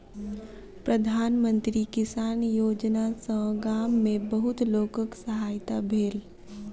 प्रधान मंत्री किसान योजना सॅ गाम में बहुत लोकक सहायता भेल